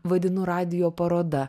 vadinu radijo paroda